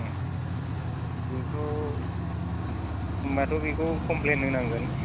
बेखौ होमबाथ' बेखौ कमप्लेइन होनांगोन